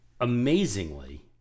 Amazingly